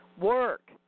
work